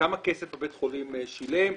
כמה כסף בית החולים שילם,